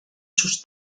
sus